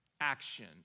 action